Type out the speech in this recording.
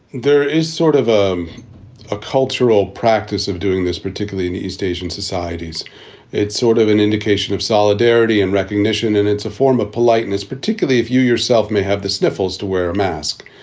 there is sort of ah um a cultural practice of doing this, particularly in east-asian societies it's sort of an indication of solidarity and recognition. and it's a form of politeness, particularly if you yourself may have the sniffles to wear a mask.